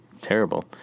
terrible